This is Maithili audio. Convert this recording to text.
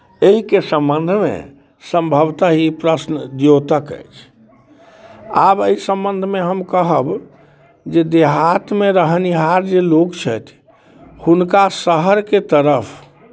एहि के सम्बन्धमे सम्भवतः ई प्रश्न द्योतक अछि आब एहि सम्बन्धमे हम कहब जे देहातमे रहनिहार जे लोक छथि हुनका शहरके तरफ